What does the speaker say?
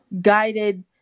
guided